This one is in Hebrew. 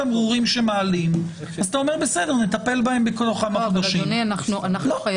12:15.) מכבודיי, אנחנו מחדשים את הדיון.